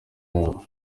yabo